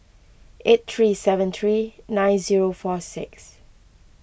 eight three seven three nine four six